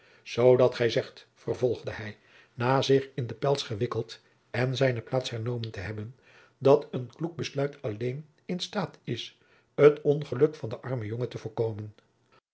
zoodat gij zegt vervolgde hij na zich in de pels gewikkeld en zijne plaats hernomen te hebben dat een kloek besluit alleen in staat is het ongeluk van den armen jongen te voorkomen